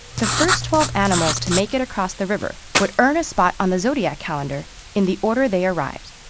the first twelve animals to make it across the river would earn a spot on the zodiac calendar in the order they arrived.